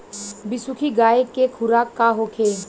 बिसुखी गाय के खुराक का होखे?